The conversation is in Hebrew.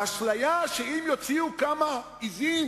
והאשליה, שאם יוציאו כמה עזים